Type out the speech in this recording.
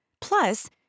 Plus